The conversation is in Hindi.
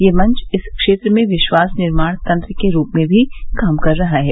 ये मंच इस क्षेत्र में विश्वास निर्माण तन्त्र के रूप में भी काम कर रहा है